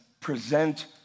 present